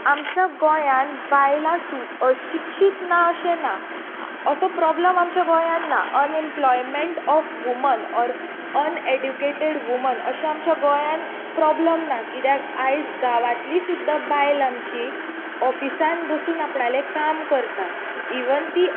आमच्या गोंयांत बायलां सूं अशिक्षीत ना अशें ना असो प्रोब्लम आमच्या गोंयांत ना employment of woman or uneducated woman अशें आमच्या गोंयांत प्रोब्लम ना कित्याक आयज गांवातली सुद्दां बायल आमची ऑफिसांत बसून आपणालें काम करतात इवन तीं